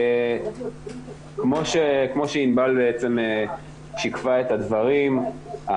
כמו שענבל שיקפה את הדברים,